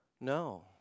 No